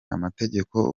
amategeko